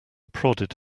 prodded